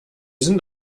sind